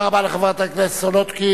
תודה רבה לחברת הכנסת סולודקין.